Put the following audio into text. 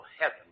heaven